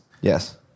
Yes